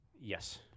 Yes